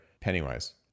Pennywise